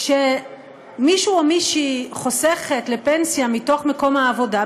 כשמישהו או מישהי חוסכת לפנסיה מתוך מקום העבודה,